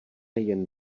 jen